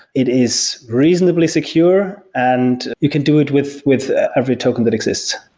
it is reasonably secure and you can do it with with every token that exists.